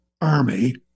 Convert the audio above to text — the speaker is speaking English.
army